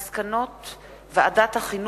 מסקנות ועדת החינוך,